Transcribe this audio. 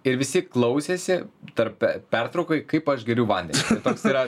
ir visi klausėsi tarpe pertraukoj kaip aš geriu vandenį toks yra